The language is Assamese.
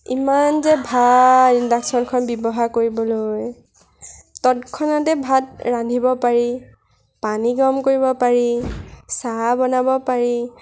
ইমান যে ভাল ইণ্ডাকচনখন ব্যৱহাৰ কৰিবলৈ তৎক্ষণাতে ভাত ৰান্ধিব পাৰি পানী গৰম কৰিব পাৰি চাহ বনাব পাৰি